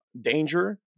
danger